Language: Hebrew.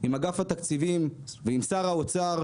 עם אגף התקציבים ועם שר האוצר,